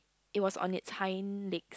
it was on it's hind legs